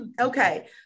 okay